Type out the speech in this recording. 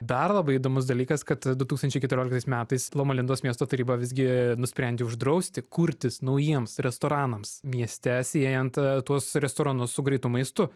dar labai įdomus dalykas kad du tūkstančiai keturioliktas metais loma lindos miesto taryba visgi nusprendė uždrausti kurtis naujiems restoranams mieste siejant tuos restoranus su greitu maistu